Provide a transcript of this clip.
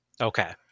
Okay